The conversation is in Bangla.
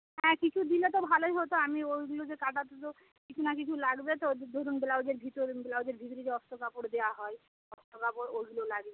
হ্যাঁ কিছু দিলে তো ভালোই হতো আমি ওইগুলো যে কাটাতে তো কিছু না কিছু লাগবে তো ধরুন ব্লাউজের ভিতরে ব্লাউজের ভিতরে যে অস্ত কাপড় দেওয়া হয় অস্ত কাপড় ওইগুলো লাগবে